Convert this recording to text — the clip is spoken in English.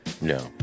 No